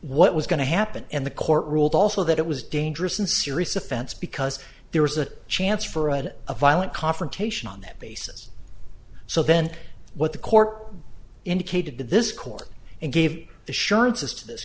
what was going to happen and the court ruled also that it was dangerous and serious offense because there was a chance for an a violent confrontation on that basis so then what the court indicated to this court and gave assurances to this